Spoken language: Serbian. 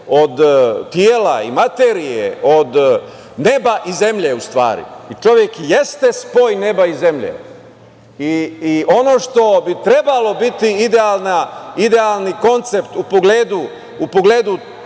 od tela i materije, od neba i zemlje u stvari, jer čovek i jeste spoj neba i zemlje. Ono što bi trebalo biti idealni koncept u pogledu